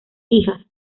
hijas